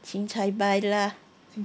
cincai buy lah